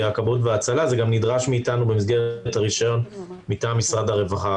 גם נדרש מאיתנו במסגרת הרישיון מטעם משרד הרווחה.